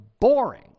boring